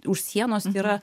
už sienos yra